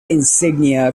insignia